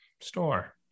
store